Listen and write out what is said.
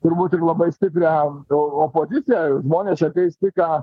turbūt ir labai stiprią opozicija žmonės čia ateis tik ką